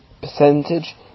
Percentage